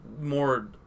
more